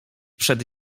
przed